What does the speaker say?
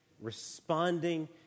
responding